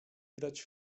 grać